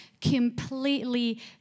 completely